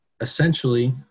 essentially